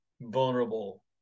vulnerable